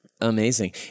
amazing